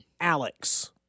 Alex